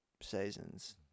seasons